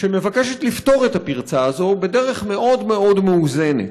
ומוצע בה להתגבר על הפרצה הזאת בדרך מאוד מאוד מאוזנת,